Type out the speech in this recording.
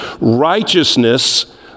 righteousness